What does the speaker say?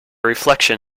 reflection